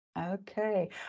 Okay